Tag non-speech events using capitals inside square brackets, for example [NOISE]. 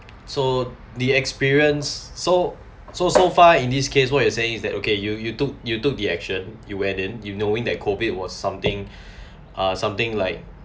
so the experience so so so far in this case what you're saying is that okay you you took you took the action you went in you knowing that COVID was something [BREATH] uh something like